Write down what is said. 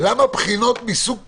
למה בחינות מסוג כזה,